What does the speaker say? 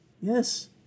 Yes